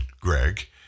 Greg